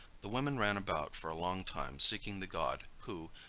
the women ran about for a long time seeking the god, who,